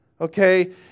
Okay